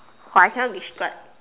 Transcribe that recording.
I cannot describe